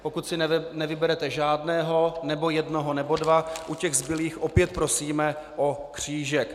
Pokud si nevyberete žádného, nebo jednoho, nebo dva, u těch zbylých opět prosíme o křížek.